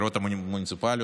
בבחירות המוניציפליות.